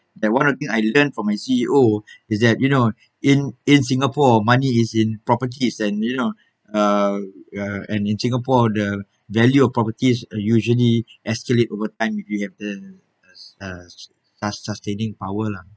that one of the thing I learn from my C_E_O is that you know in in singapore money is in properties and you know uh ya and in singapore the value of properties usually escalate over time if you have the uh sus~ sustaining power lah